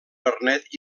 vernet